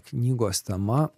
knygos tema